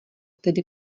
tedy